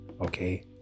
Okay